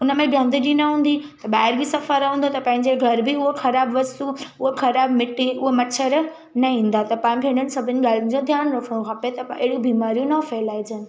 हुनमें गंदगी न हूंदी त ॿाहिरि बि सफ़ा रहंदो त पंहिंजे घर बि उहो ख़राब वस्तू उहो ख़राब मिटी उहा मच्छर न ईंदा त तव्हांखे हिननि सभिनीनि ॻाल्हयुनि जो ध्यानु रखिणो खपे त अहिड़ियूं बीमारियूं न फैलाइजनि